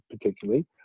particularly